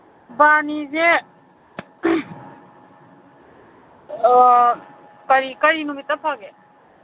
ꯕꯥꯔꯨꯅꯤꯁꯦ ꯀꯔꯤ ꯀꯔꯤ ꯅꯨꯃꯤꯠꯇ ꯐꯒꯦ